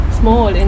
small